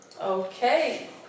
Okay